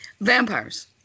Vampires